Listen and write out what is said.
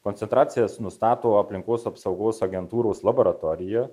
koncentracijas nustato aplinkos apsaugos agentūros laboratorija